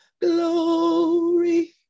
glory